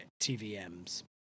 TVMs